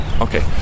Okay